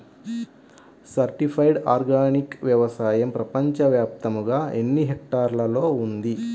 Certified organic వ్యవసాయం ప్రపంచ వ్యాప్తముగా ఎన్నిహెక్టర్లలో ఉంది?